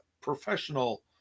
professional